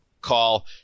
call